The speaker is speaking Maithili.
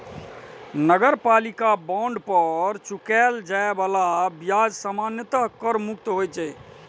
नगरपालिका बांड पर चुकाएल जाए बला ब्याज सामान्यतः कर मुक्त होइ छै